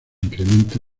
incrementa